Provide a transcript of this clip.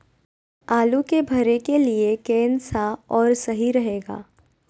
आलू के भरे के लिए केन सा और सही रहेगा?